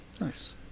Nice